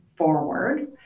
forward